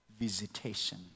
visitation